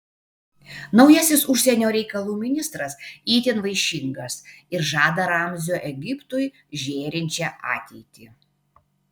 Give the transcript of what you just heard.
naujasis užsienio reikalų ministras itin vaišingas ir žada ramzio egiptui žėrinčią ateitį